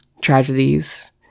Tragedies